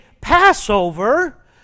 Passover